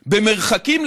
במרחקים,